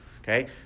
Okay